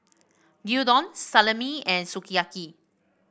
Gyudon Salami and Sukiyaki